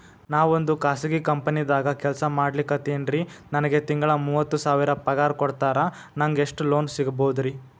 ನಾವೊಂದು ಖಾಸಗಿ ಕಂಪನಿದಾಗ ಕೆಲ್ಸ ಮಾಡ್ಲಿಕತ್ತಿನ್ರಿ, ನನಗೆ ತಿಂಗಳ ಮೂವತ್ತು ಸಾವಿರ ಪಗಾರ್ ಕೊಡ್ತಾರ, ನಂಗ್ ಎಷ್ಟು ಲೋನ್ ಸಿಗಬೋದ ರಿ?